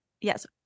yes